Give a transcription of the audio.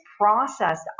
processed